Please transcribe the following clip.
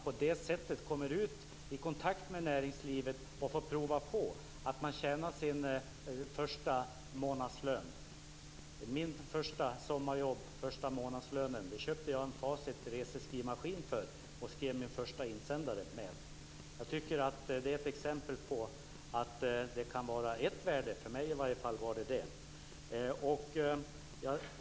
På det sättet kommer de i kontakt med näringslivet, får prova på och får tjäna sin första månadslån. För den första månadslönen från mitt första sommarjobb köpte jag en Facit reseskrivmaskin, och på den skrev jag min första insändare. Jag tycker att det är ett exempel på att det kan vara ett värde. Det var det i alla för mig.